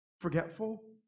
forgetful